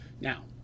Now